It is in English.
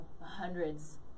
hundreds